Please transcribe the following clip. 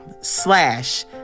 slash